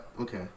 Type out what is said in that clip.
okay